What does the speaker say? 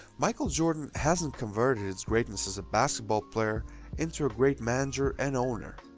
michael jordan hasn't converted his greatness as a basketball player into a great manager and owner.